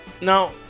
Now